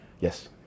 Yes